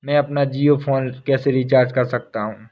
मैं अपना जियो फोन कैसे रिचार्ज कर सकता हूँ?